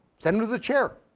send him to the chair,